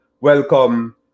Welcome